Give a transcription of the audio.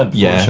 ah yeah,